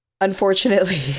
unfortunately